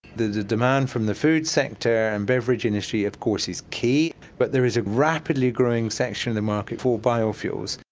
the the demand from the food sector and beverage industry of course is key, but there is a rapidly growing section in the market for biofuels.